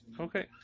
Okay